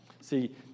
See